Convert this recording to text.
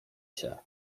się